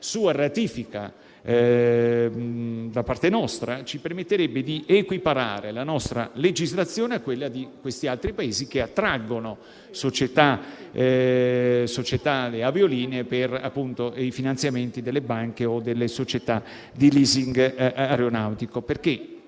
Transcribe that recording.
sua ratifica da parte nostra ci permetterebbe di equiparare la nostra legislazione a quella degli altri Paesi che attraggono le aviolinee per i finanziamenti delle banche o delle società di *leasing* aeronautico.